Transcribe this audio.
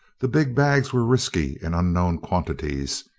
the big bags were risky and unknown quantities,